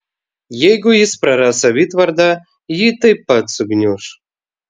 jeigu jis praras savitvardą ji taip pat sugniuš